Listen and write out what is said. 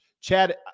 Chad